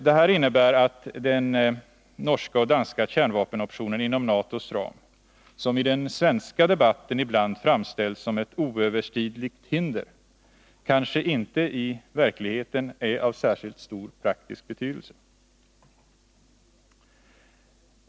Det här innebär att den norska och danska kärnvapenoptionen inom NATO:s ram, som i den svenska debatten ibland framställs som ett oöverstigligt hinder, kanske inte i verkligheten är av särskilt stor praktisk betydelse.